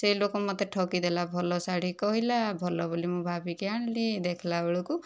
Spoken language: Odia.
ସେ ଲୋକ ମୋତେ ଠକି ଦେଲା ଭଲ ଶାଢ଼ୀ କହିଲା ଭଲ ବୋଲି ମୁଁ ଭାବିକି ଆଣିଲି ଦେଖିଲା ବେଳକୁ